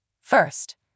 First